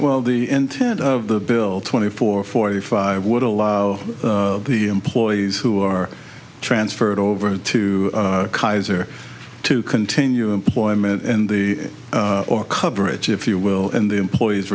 well the intent of the bill twenty four forty five would allow the employees who are transferred over to kaiser to continue employment in the or coverage if you will in the employees